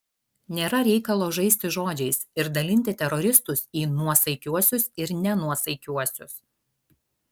nėra reikalo žaisti žodžiais ir dalinti teroristus į nuosaikiuosius ir nenuosaikiuosius